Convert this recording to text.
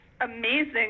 amazing